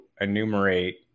enumerate